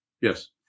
Yes